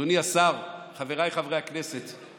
אדוני השר, חבריי חברי הכנסת: